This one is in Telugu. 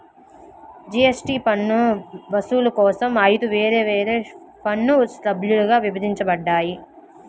జీఎస్టీ పన్ను వసూలు కోసం ఐదు వేర్వేరు పన్ను స్లాబ్లుగా విభజించబడ్డాయి